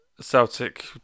Celtic